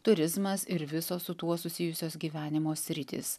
turizmas ir visos su tuo susijusios gyvenimo sritys